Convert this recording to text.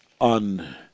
on